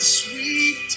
sweet